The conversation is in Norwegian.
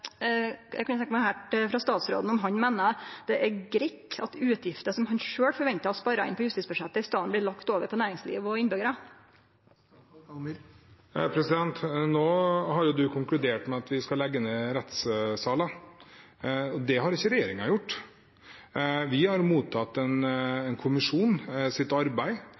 Eg kunne tenkje meg å høyre frå statsråden om han meiner det er greitt at utgifter som han sjølv forventar å spare inn på justisbudsjettet, i staden blir lagde over på næringslivet og innbyggjarane? Nå har representanten konkludert med at vi skal legge ned rettssaler. Det har ikke regjeringen gjort. Vi har mottatt kommisjonens arbeid,